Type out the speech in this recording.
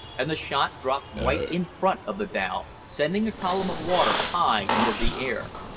and the shot dropped right in front of the dhow, sending a column of water high into the air.